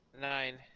Nine